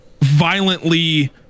violently